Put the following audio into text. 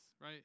right